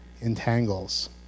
entangles